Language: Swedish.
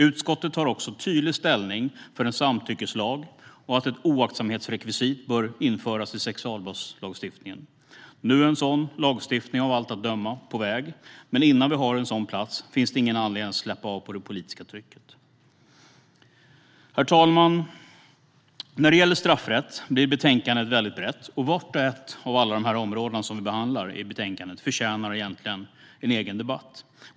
Utskottet tar också tydligt ställning för en samtyckeslag och att ett oaktsamhetsrekvisit bör införas i sexualbrottslagstiftningen. Nu är sådan lagstiftning av allt att döma på väg, men innan vi har en sådan på plats finns det ingen anledning att minska på det politiska trycket. Herr talman! När det gäller straffrätt blir betänkandet brett, och varje område vi behandlar i betänkandet förtjänar egentligen en egen debatt.